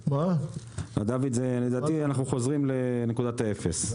דויד, לדעתי אנחנו חוזרים לנקודת האפס.